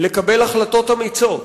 לקבל החלטות אמיצות,